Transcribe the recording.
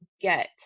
get